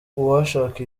uwashaka